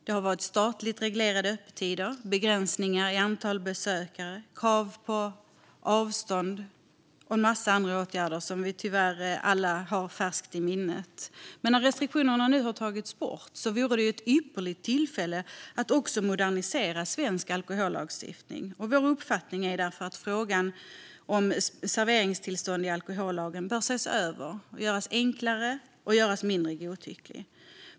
Det har varit statligt reglerade öppettider, begränsningar i antal besökare, krav på avstånd och en massa andra åtgärder som vi tyvärr alla har färskt i minnet. När restriktionerna nu har tagits bort vore detta ett ypperligt tillfälle att modernisera svensk alkohollagstiftning. Vår uppfattning är att frågan om serveringstillstånd i alkohollagen bör ses över och göras enklare och mindre godtycklig.